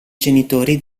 genitori